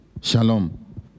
Shalom